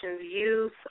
youth